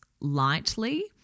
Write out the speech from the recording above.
lightly